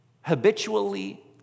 habitually